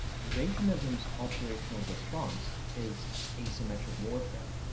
eurasianism's operational response is asymmetric warfare.